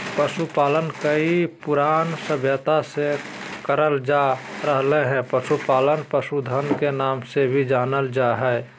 पशुपालन कई पुरान सभ्यता से करल जा रहल हई, पशुपालन पशुधन के नाम से भी जानल जा हई